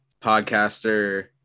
podcaster